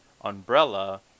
umbrella